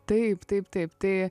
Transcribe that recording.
taip taip taip tai